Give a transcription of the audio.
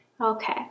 Okay